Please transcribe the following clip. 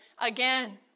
again